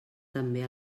també